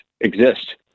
exist